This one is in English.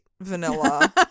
Vanilla